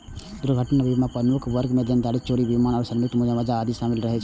दुर्घटना बीमाक प्रमुख वर्ग मे देनदारी, चोरी, विमानन, श्रमिक के मुआवजा आदि शामिल रहै छै